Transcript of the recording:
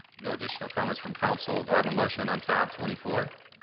no additional comments from council. do i have a motion on tab twenty four?